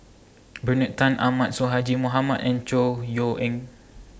Bernard Tan Ahmad Sonhadji Mohamad and Chor Yeok Eng